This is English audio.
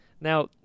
now